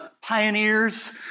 pioneers